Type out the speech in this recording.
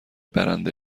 برنده